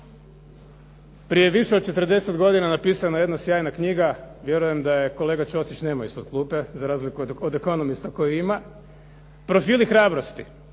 Prije više od 40 godina napisana je jedna sjajna knjiga, vjerujem da je kolega Ćosić nema iz klupe za razliku od "Economista" koji ima "Profili hrabrosti"